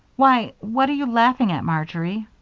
why, what are you laughing at, marjory?